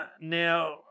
Now